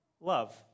Love